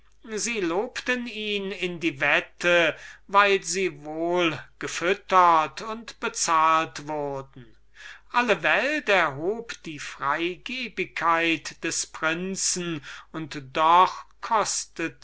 sie lobten ihn in die wette weil sie wohl gefüttert und wohl bezahlt wurden alle welt erhob die freigebigkeit dieses prinzen und doch kostete